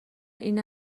این